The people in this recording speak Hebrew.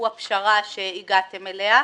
שהוא הפשרה שהגעתם אליה,